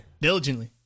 Diligently